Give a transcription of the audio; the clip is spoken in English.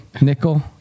nickel